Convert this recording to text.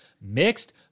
mixed